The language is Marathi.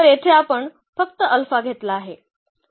तर येथे आपण फक्त अल्फा घेतला आहे